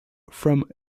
from